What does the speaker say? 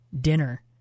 dinner